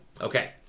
Okay